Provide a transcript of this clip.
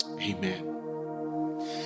amen